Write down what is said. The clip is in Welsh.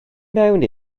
mewn